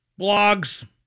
blogs